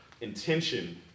intention